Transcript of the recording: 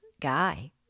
guy